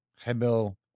Hebel